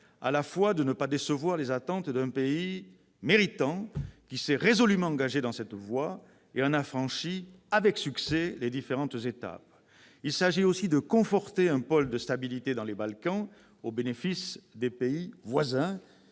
en effet de ne pas décevoir les attentes d'un pays méritant, qui s'est résolument engagé dans cette voie et en a franchi avec succès les différentes étapes, de conforter un pôle de stabilité dans les Balkans au bénéfice des pays voisins,